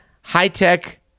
high-tech